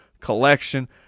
collection